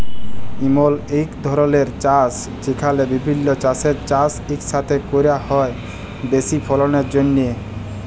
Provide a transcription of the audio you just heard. ইমল ইক ধরলের চাষ যেখালে বিভিল্য জিলিসের চাষ ইকসাথে ক্যরা হ্যয় বেশি ফললের জ্যনহে